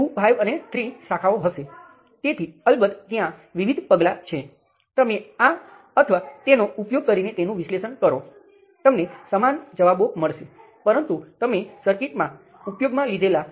અને અંતે આપણી પાસે વોલ્ટેજ નિયંત્રિત કરંટ સ્ત્રોત છે અને તે k ને GmR13 દ્વારા બદલવામાં આવેલ કરંટ નિયંત્રિત કરંટ સ્ત્રોત જેવું જ છે